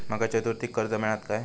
माका चतुर्थीक कर्ज मेळात काय?